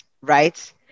right